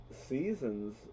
seasons